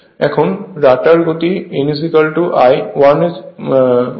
এখন রটারের গতি n1 S n S হয়